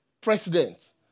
president